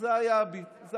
זה היה האירוע.